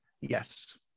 yes